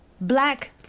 Black